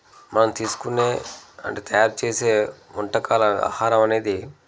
మనం తీసుకునే అంటే తయారుచేసే వంటకాల ఆహారమనేది